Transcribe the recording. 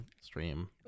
stream